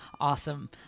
awesome